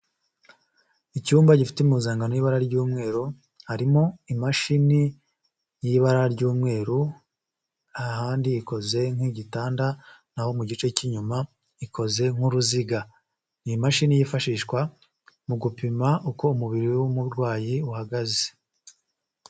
Icyumba gifite impuzankano y'ibara ry'umweru harimo imashini y'ibara ry'umweru ahandi ikoze nk'igitanda naho mu gice cy'inyuma ikoze nk'uruziga, n'imashini yifashishwa mu gupima uko umubiri w'umurwayi uhagaze.